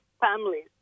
families